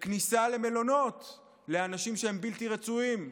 כניסה למלונות לאנשים שהם בלתי רצויים.